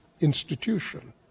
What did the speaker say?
institution